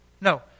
No